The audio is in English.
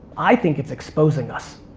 i think it's exposing us.